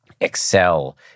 excel